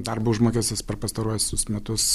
darbo užmokestis per pastaruosius metus